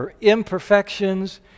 imperfections